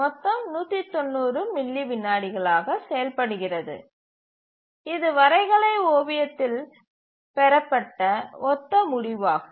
மொத்தம் 190 மில்லி விநாடிகளாக செயல்படுகிறது இது வரைகலை ஓவியத்தில் பெறப்பட்ட ஒத்த முடிவாகும்